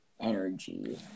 energy